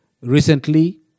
Recently